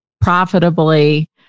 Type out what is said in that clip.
profitably